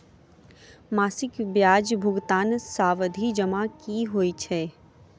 मासिक ब्याज भुगतान सावधि जमा की होइ है?